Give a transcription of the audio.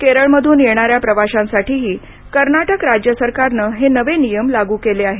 केरळमधून येणाऱ्या प्रवाशांसाठीही कर्नाटक राज्य सरकारनं हे नवे नियम लागू केले आहेत